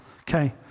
Okay